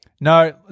No